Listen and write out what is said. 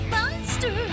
Monster